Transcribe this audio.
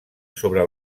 sobre